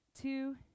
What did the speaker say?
two